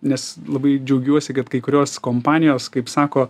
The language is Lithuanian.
nes labai džiaugiuosi kad kai kurios kompanijos kaip sako